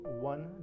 one